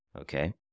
Okay